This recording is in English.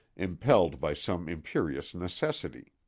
impelled by some imperious necessity.